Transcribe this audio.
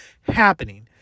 happening